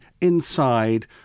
inside